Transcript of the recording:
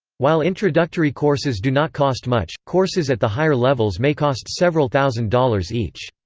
while introductory courses do not cost much, courses at the higher levels may cost several thousand dollars each.